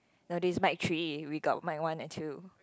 no this is mic three we got mic one and two